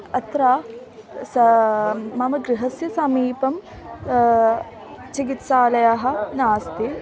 अत्र स मम गृहस्य समीपे चिकित्सालयः नास्ति